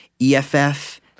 EFF